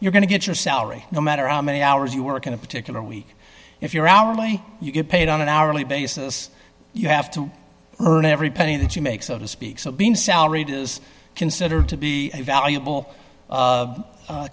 you're going to get your salary no matter how many hours you work in a particular week if your hourly you get paid on an hourly basis you have to earn every penny that you make so to speak so being salaried is considered to be a valuable